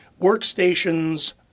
workstations